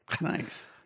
Nice